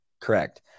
correct